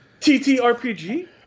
TTRPG